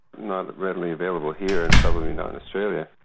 not readily available here and probably not in australia.